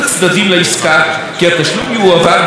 התשלום יועבר בהתאם להתחייבויות בעסקה.